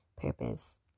Purpose